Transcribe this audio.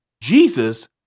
Jesus